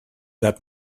that